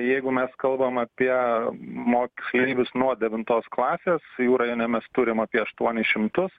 jeigu mes kalbam apie moksleivius nuo devintos klasės jų rajone mes turim apie aštuonis šimtus